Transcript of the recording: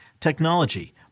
technology